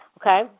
Okay